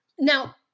Now